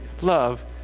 love